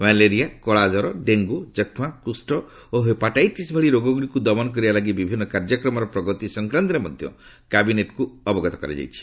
malaria କଳାଚ୍ଚର dengue ଯକ୍ଷ୍ମା କୁଷ୍ଠ ଓ ହେପାଟାଇଟିସ୍ ଭଳି ରୋଗ ଗୁଡ଼ିକୁ ଦମନ କରିବା ଲାଗି ବିଭିନ୍ନ କାର୍ଯ୍ୟକ୍ରମର ପ୍ରଗତି ସଂକ୍ରାନ୍ତରେ ମଧ୍ୟ କ୍ୟାବିନେଟ୍କୁ ଅବଗତ କରାଯାଇଛି